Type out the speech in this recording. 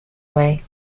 way